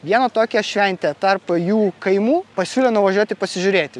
vieną tokią šventę tarp jų kaimų pasiūlė nuvažiuoti pasižiūrėti